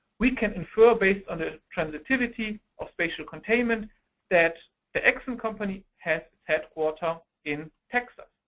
we can infer based on the transitivity of spatial containment that the exxon company has has water in texas,